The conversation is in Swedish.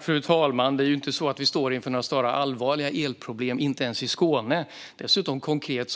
Fru talman! Det är inte så att vi står inför några allvarliga elproblem - inte ens i Skåne. Dessutom håller vi rent